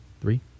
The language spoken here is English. three